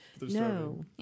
no